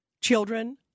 children